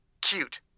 Cute